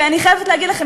שאני חייבת להגיד לכם,